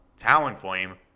Talonflame